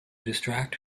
distract